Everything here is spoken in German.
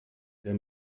der